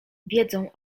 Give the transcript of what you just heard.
wiedzą